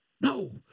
No